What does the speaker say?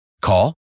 Call